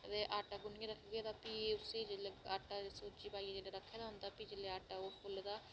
अदे आटा गुन्नियै रखगै भी उस जेल्लै आटा रक्खे दा होंदा भी जेल्लै आटा उसी